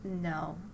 no